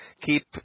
keep